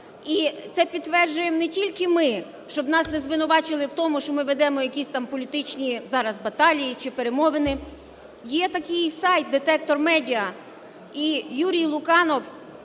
І це підтверджуємо не тільки ми, щоб нас не звинуватили у тому, що ми ведемо якісь там політичні зараз баталії чи перемовини. Є такий сайт "Детектор медіа". І Юрій Луканов,